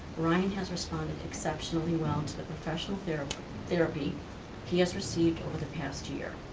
ryan has responded exceptionally well to the professional therapy therapy he has received over the past year.